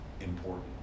important